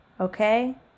okay